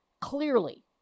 Clearly